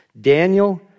Daniel